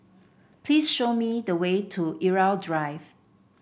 please show me the way to Irau Drive